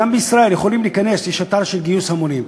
גם בישראל יכולים להיכנס, יש אתר של גיוס המונים.